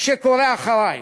שקורא "אחרי",